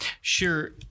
Sure